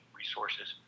resources